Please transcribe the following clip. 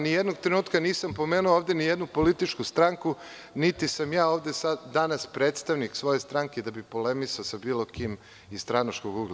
Ni jednog trenutka nisam pomenuo ovde ni jednu političku stranku, niti sam ja ovde danas predstavnik svoje stranke, da bi polemisao sa bilo kim iz stranačkog ugla.